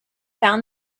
found